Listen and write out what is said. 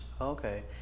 Okay